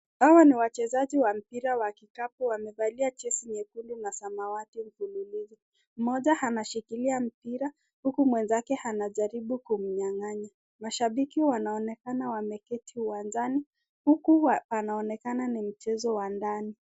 Hawa ni wachezaji wa mpira wa kikapu wamevalia jezi nyekundu na samawati mbilimbili moja anashikilia mpira huku mwenzake anajaribu kumnyanganya, mashabiki wanaonekana wameketi uwanjani huku wanaonekana ni mchezo ndani.